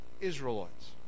Israelites